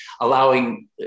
allowing